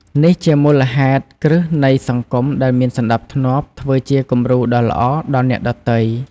នេះជាមូលដ្ឋានគ្រឹះនៃសង្គមដែលមានសណ្ដាប់ធ្នាប់ធ្វើជាគំរូដ៏ល្អដល់អ្នកដទៃ។